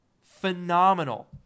phenomenal